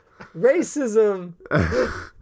Racism